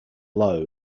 low